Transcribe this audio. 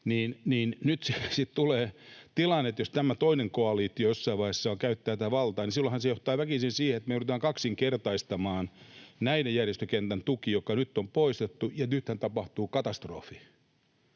tulee tilanne, että jos tämä toinen koalitio jossain vaiheessa käyttää tätä valtaa, niin silloinhan se johtaa väkisin siihen, että me joudutaan kaksinkertaistamaan tämä järjestökentän tuki, joka nyt on poistettu — ja nythän tapahtuu katastrofi.